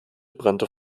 brannte